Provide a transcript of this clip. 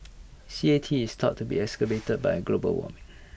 C A T is thought to be exacerbat by global warming